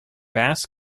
bass